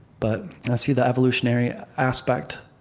but i see the evolutionary aspect,